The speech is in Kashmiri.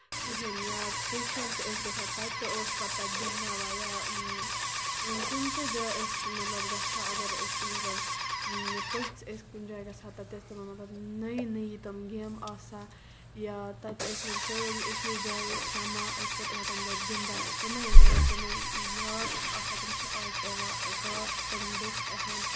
کِہیٖنۍ نہٕ یا ٹیوٗشَن تہِ ٲسۍ گژھان تَتہِ تہِ اوس پَتہٕ گِندناوان یا کُنہِ تہِ جایہِ ٲسۍ مطلب گژھان اَگر أسۍ مطلب پٔژھۍ ٲسۍ کُنہِ جایہِ گژھان مطلب تَتہِ ٲسۍ تِمن مطلب نٔیی نٔیی تِم گیمہٕ آسان یا تَتہِ ٲسۍ یِم سٲری اَکے جایہِ سَمان ٲسۍ پَتہٕ آسان تَتہِ تَمہِ دۄہ گِندان تٔمَے مطلب تٔمَے یاد چھِ آسان تِم چھِ آز یِوان کاش تِم دۄہ یی ہَن